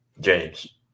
James